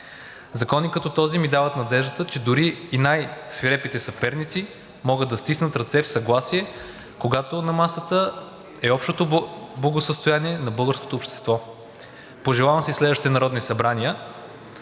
Закони като този ми дават надеждата, че дори и най-свирепите съперници могат да стиснат ръце в съгласие, когато на масата е общото благосъстояние на българското общество. Пожелавам си в следващите народни събрания